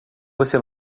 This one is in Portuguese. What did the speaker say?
você